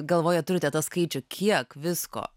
galvoje turite tą skaičių kiek visko